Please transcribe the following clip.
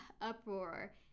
uproar